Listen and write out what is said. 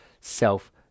self